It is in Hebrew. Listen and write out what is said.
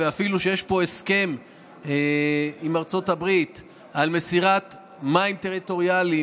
אפילו כשיש פה הסכם עם ארצות הברית על מסירת מים טריטוריאליים